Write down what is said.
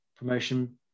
promotion